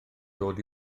dod